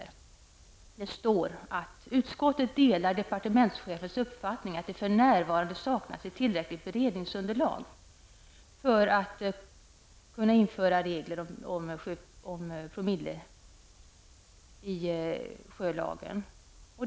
I betänkandet står det att utskottet delar departementschefens uppfattning att det för närvarande saknas tillräckligt beredningsunderlag för att man skall kunna införa promilleregler i sjölagen.